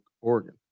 Oregon